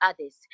others